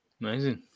amazing